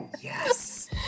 Yes